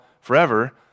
forever